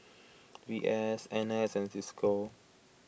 V S N S and Cisco